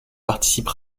participe